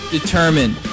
determined